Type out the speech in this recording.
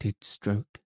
stroke